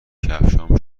کفشهام